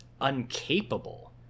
uncapable